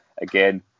again